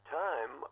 time